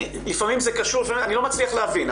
אני לא מצליח להבין.